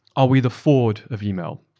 are we the ford of email?